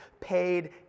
paid